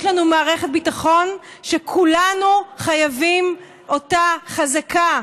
יש לנו מערכת ביטחון שכולנו חייבים אותה חזקה.